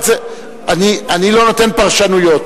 אני לא נותן פרשנויות,